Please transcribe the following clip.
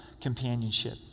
companionship